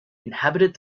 inhabited